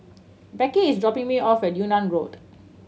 Becky is dropping me off at Yunnan Road